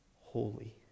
holy